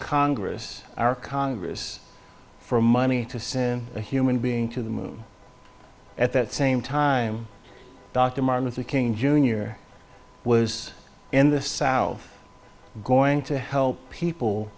congress our congress for money to sin a human being to the moon at that same time dr martin luther king jr was in the south going to help people